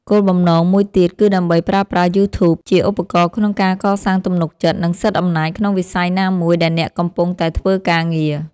គោលបំណងមួយទៀតគឺដើម្បីប្រើប្រាស់ យូធូប ជាឧបករណ៍ក្នុងការកសាងទំនុកចិត្ត និងសិទ្ធិអំណាចក្នុងវិស័យណាមួយដែលអ្នកកំពុងតែធ្វើការងារ។